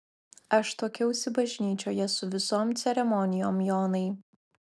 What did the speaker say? aš tuokiausi bažnyčioje su visom ceremonijom jonai